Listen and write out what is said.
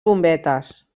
bombetes